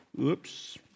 oops